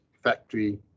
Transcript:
factory